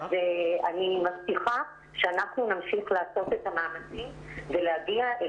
אז אני מבטיחה שנמשיך לעשות את המאמצים ולהגיע אל